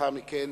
ולאחר מכן